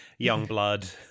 Youngblood